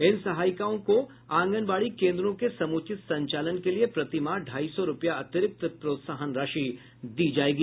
इन सहायिकाओं को आंगनबाड़ी केन्द्रों के समुचित संचालन के लिये प्रतिमाह ढाई सौ रूपया अतिरिक्त प्रोत्साहन राशि दी जायेगी